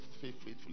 faithfully